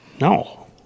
No